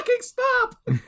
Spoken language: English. stop